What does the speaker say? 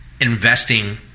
investing